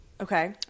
Okay